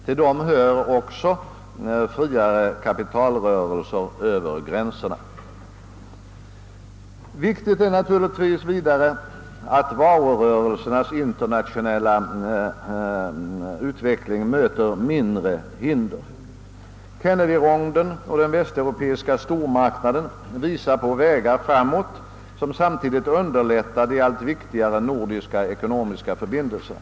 Till dem hör också friare kapitalrörelse över gränserna. Viktigt är naturligtvis vidare att varurörelsernas internationella utveckling möter mindre hinder. Kennedy-ronden och den västeuropeiska stormarknaden visar på vägar framåt, som samtidigt underlättar de allt viktigare nordiska ekonomiska förbindelserna.